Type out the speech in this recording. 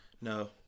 No